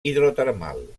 hidrotermal